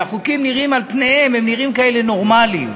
והחוקים נראים על פניהם כאלה נורמליים.